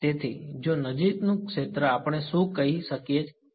તેથી જો નજીકનું ક્ષેત્ર આપણે શું કહી શકીએ કે